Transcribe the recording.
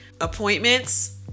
appointments